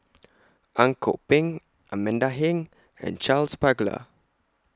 Ang Kok Peng Amanda Heng and Charles Paglar